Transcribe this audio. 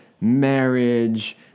marriage